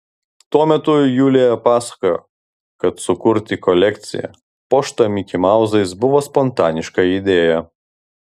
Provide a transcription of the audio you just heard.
tuo metu julija pasakojo kad sukurti kolekciją puoštą mikimauzais buvo spontaniška idėja